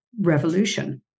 revolution